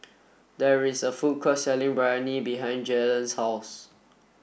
there is a food court selling Biryani behind Jalen's house